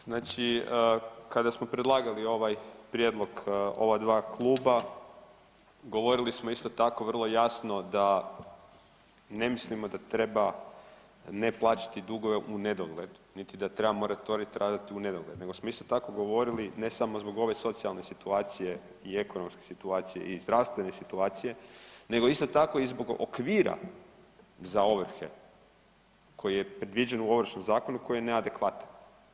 Znači kada smo predlagali ovaj prijedlog, ova dva kluba govorili smo isto tako vrlo jasno da ne mislimo da treba ne plaćati dugove u nedogled, niti da treba moratorij trajati u nedogled, nego smo isto tako govorili ne samo zbog ove socijalne situacije i ekonomske situacije i zdravstvene situacije, nego isto tako i zbog okvira za ovrhe koji je predviđen u Ovršnom zakonu koji je neadekvatan.